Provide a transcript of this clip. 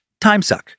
timesuck